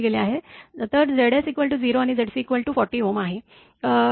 तर Zs 0 आणि Zc40 आहे